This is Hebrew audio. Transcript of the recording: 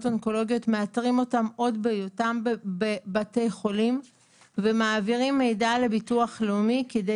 אונקולוגיות עוד בהיותם בבית חולים ומעבירים מידע לביטוח לאומי כדי